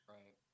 Right